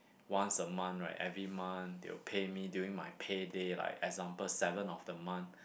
once a month right every month they will pay me during my payday like example seventh of the month